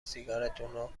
سیگارتونو